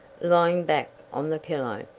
lying back on the pillow.